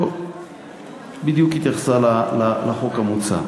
לא בדיוק הייתה לחוק המוצע.